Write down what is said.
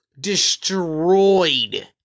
destroyed